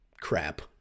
crap